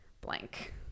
blank